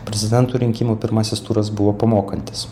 prezidentų rinkimų pirmasis turas buvo pamokantis